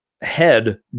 head